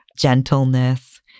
gentleness